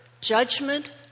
judgment